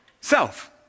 Self